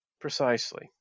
Precisely